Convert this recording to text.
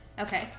Okay